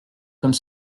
comme